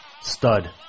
stud